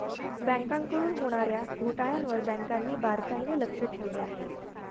बँकांकडून होणार्या घोटाळ्यांवर बँकांनी बारकाईने लक्ष ठेवले आहे